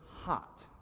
hot